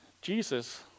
Jesus